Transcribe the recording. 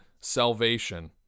salvation